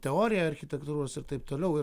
teoriją architektūros ir taip toliau ir